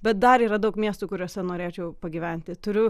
bet dar yra daug miestų kuriuose norėčiau pagyventi turiu